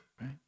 right